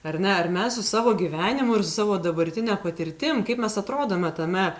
ar ne ar mes su savo gyvenimu ir su savo dabartine patirtim kaip mes atrodome tame